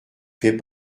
fait